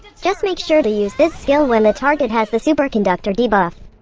just make sure to use this skill when the target has the superconductor debuff.